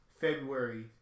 February